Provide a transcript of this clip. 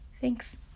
thanks